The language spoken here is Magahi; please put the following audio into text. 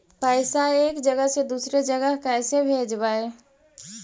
पैसा एक जगह से दुसरे जगह कैसे भेजवय?